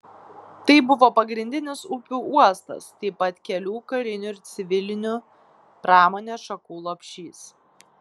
tai buvo pagrindinis upių uostas taip pat kelių karinių ir civilinių pramonės šakų lopšys